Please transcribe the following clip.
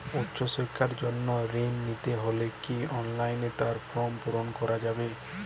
উচ্চশিক্ষার জন্য ঋণ নিতে হলে কি অনলাইনে তার ফর্ম পূরণ করা যাবে?